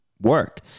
work